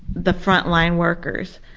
the frontline workers,